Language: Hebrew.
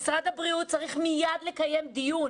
משרד הבריאות צריך מייד לקיים דיון